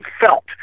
felt